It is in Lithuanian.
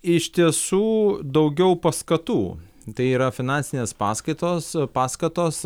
iš tiesų daugiau paskatų tai yra finansinės paskaitos paskatos